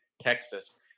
Texas